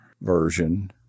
version